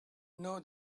know